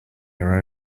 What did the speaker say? your